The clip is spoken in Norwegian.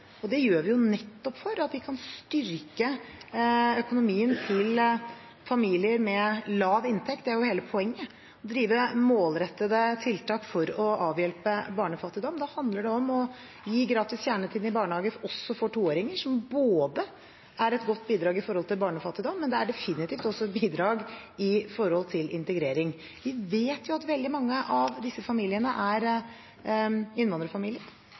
og det gjør vi nettopp for å styrke økonomien til familier med lav inntekt. Det er jo hele poenget: å drive målrettede tiltak for å avhjelpe barnefattigdom. Da handler det om å gi gratis kjernetid i barnehage også for toåringer, som er et godt bidrag med hensyn til barnefattigdom, men det er definitivt også et bidrag med hensyn til integrering. Vi vet at veldig mange av disse familiene er innvandrerfamilier,